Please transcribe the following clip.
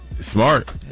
Smart